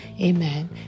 Amen